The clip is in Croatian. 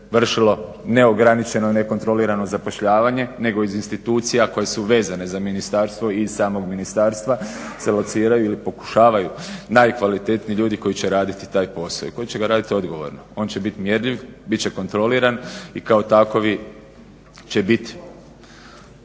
vršilo neograničeno, nekontrolirano zapošljavanje nego iz institucija koje su vezane za ministarstvo i iz samog ministarstva se lociraju ili pokušavaju najkvalitetniji ljudi koji će raditi taj posao i koji će ga raditi odgovorno. On će biti mjerljiv, bit će kontroliran i kao takvi će biti